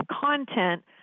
content